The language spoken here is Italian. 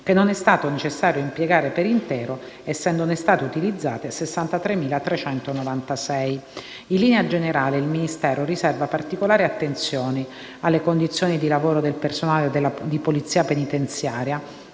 che non è stato necessario impiegare per intero, essendone state utilizzate 63.396. In linea generale, il Ministero riserva particolare attenzione alle condizioni di lavoro del personale di polizia penitenziaria,